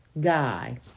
Guy